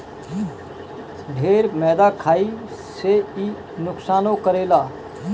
ढेर मैदा खाए से इ नुकसानो करेला